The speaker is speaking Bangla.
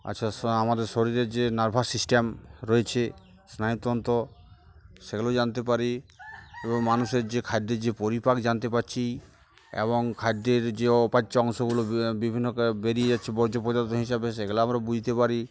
আর শ আমাদের শরীরের যে নার্ভাস সিস্টেম রয়েছে স্নায়ুতন্ত্র সেগুলো জানতে পারি এবং মানুষের যে খাদ্যের যে পরিপাক জানতে পারছি এবং খাদ্যের যে অপাচ্য অংশগুলো বিভিন্ন বেরিয়ে যাচ্ছে বর্জ্য পদার্থ হিসাবে সেগুলো আমরা বুঝতে পারি